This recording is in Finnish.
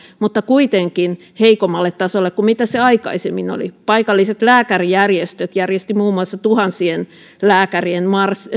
mutta kuitenkin heikommalle tasolle kuin mitä ne aikaisemmin olivat paikalliset lääkärijärjestöt järjestivät muun muassa tuhansien lääkärien